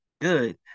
good